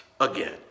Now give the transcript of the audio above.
again